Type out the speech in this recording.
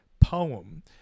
poem